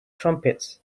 trumpets